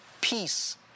peace